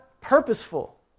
purposeful